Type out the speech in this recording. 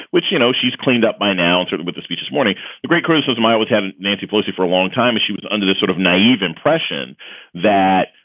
which, you know, she's cleaned up by now. so sort of with this, we just mourning the great christmas maya with having nancy pelosi for a long time as she was under this sort of naive impression that,